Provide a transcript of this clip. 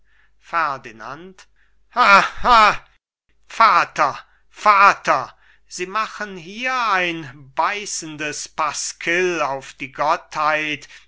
ferdinand lacht erbittert vater vater sie machen hier ein beißendes pasquill auf die gottheit